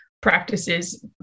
practices